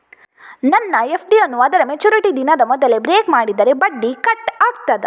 ನನ್ನ ಎಫ್.ಡಿ ಯನ್ನೂ ಅದರ ಮೆಚುರಿಟಿ ದಿನದ ಮೊದಲೇ ಬ್ರೇಕ್ ಮಾಡಿದರೆ ಬಡ್ಡಿ ಕಟ್ ಆಗ್ತದಾ?